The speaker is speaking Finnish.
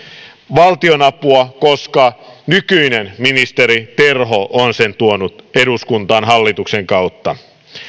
valtionapua koska nykyinen ministeri terho on sen tuonut eduskuntaan hallituksen kautta